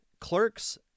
Clerks